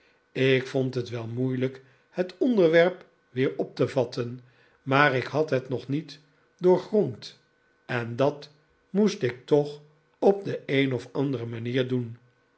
ik vond het wel moeilijk het onderwerp weer op te vatten maar ik had het nog niet doorgrond en dat moest ik toch op de een of andere manier doen